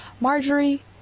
Marjorie